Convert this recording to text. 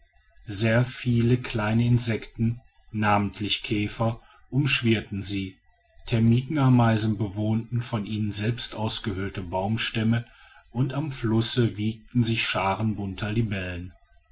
sehr viele kleine insekten namentlich käfer umschwirrten sie termitenameisen bewohnten von ihnen selbst ausgehöhlte baumstämme und am flusse wiegten sich scharen bunter libellen